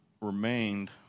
remained